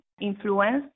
influence